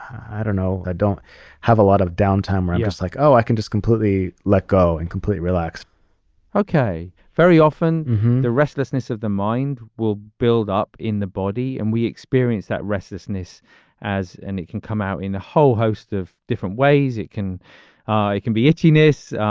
i don't know. i don't have a lot of downtime or just like, oh, i can just completely let go and completely relax okay. very often the restlessness of the mind will build up in the body. and we experience that restlessness as and it can come out in a whole host of different ways. it can it can be achiness.